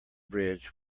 bridge